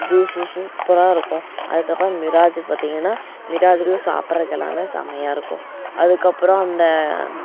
juice சூப்பராக இருக்கும் அதுக்கப்பறம் மிராஜ் பார்த்திங்கன்னா மிராஜிலயும் சாப்படுறக்கு எல்லாமே செம்மையா இருக்கும் அதுக்கப்புறம் அந்த